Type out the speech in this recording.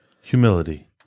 Humility